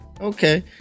okay